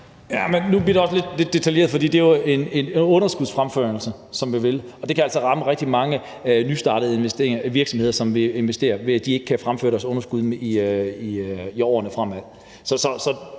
det er jo en underskudsfremførelse, og det kan altså ramme rigtig mange nystartede virksomheder, som vil investere, ved, at de ikke kan fremføre deres underskud i årene